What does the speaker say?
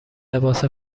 لباس